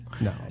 No